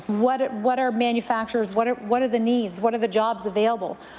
what ah what are manufacturers what are what are the needs? what are the jobs available.